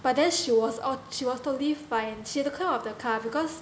but then she was oh she was totally fine she had to climb out of the car because